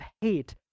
hate